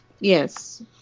Yes